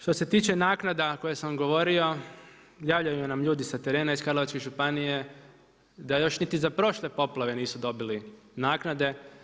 Što se tiče naknada o kojima sam govorio, javljaju nam ljudi sa terena iz Karlovačke županije da još niti za prošle poplave nisu dobili naknade.